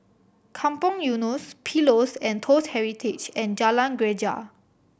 Kampong Eunos Pillows and Toast Heritage and Jalan Greja